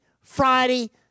Friday